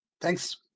Thanks